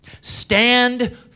Stand